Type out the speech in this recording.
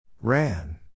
Ran